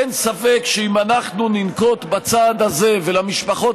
אין ספק שאם אנחנו ננקוט את הצעד הזה ולמשפחות